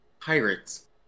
pirates